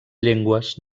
llengües